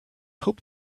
hope